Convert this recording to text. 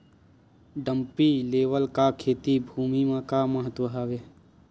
Dumpy level का खेती भुमि म का महत्व हावे?